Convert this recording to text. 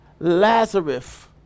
Lazarus